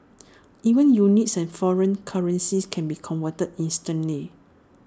even units and foreign currencies can be converted instantly